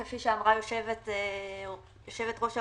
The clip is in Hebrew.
כפי שאמרה יושבת-ראש הוועדה,